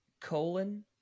colon